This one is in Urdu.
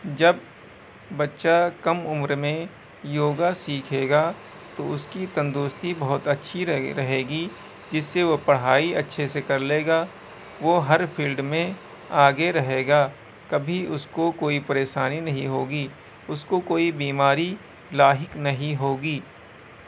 جب بچہ کم عمر میں یوگا سیکھے گا تو اس کی تندرستی بہت اچھی رہے رہے گی جس سے وہ پڑھائی اچھے سے کر لے گا وہ ہر فیلڈ میں آگے رہے گا کبھی اس کو کوئی پریشانی نہیں ہوگی اس کو کوئی بیماری لاحق نہیں ہوگی